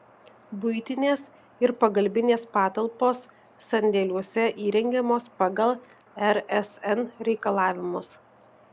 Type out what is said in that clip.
buitinės ir pagalbinės patalpos sandėliuose įrengiamos pagal rsn reikalavimus